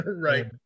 right